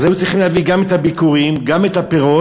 אז צריכים להביא גם את הביכורים, גם את הפירות,